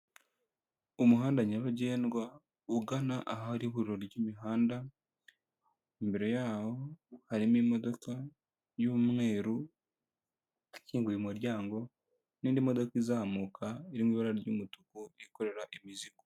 Umuhanda nyabagendwa ugana ahari ihuriro ry'imihanda. Imbere yaho harimo imodoka y'umweru akinguye umuryango n'indi modoka izamuka iririmo ibara ry'umutuku yikorera imizigo.